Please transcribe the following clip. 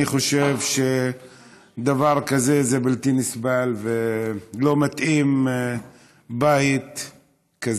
אני חושב שדבר כזה הוא בלתי נסבל ולא מתאים בבית כזה.